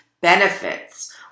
benefits